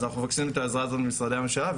אז אנחנו מבקשים את העזרה הזאת ממשרדי הממשלה,